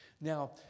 Now